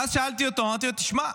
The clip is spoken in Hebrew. ואז שאלתי אותו: תשמע,